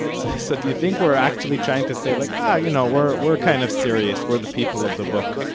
so so do you think we're actually trying to say like ah, you know, we're we're kind of serious, we're the people of the book?